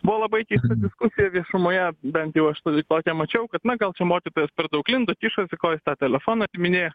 buvo labai keista diskusija viešumoje bent jau aš tai tokią mačiau kad na gal čia mokytojas per daug lindo kišosi ko jis tą telefoną atiminėjo